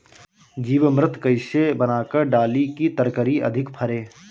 जीवमृत कईसे बनाकर डाली की तरकरी अधिक फरे?